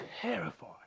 terrified